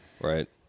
Right